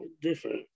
different